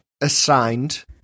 assigned